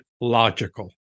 logical